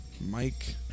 Mike